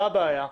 מה הבעיה?